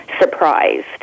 surprised